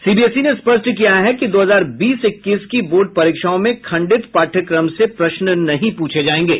CBSE ने स्पष्ट किया है कि दो हजार बीस इक्कीस की बोर्ड परीक्षाओं में खंडित पाठ्यक्रम से प्रश्न नहीं पूछे जाएंगे